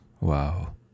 wow